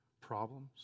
problems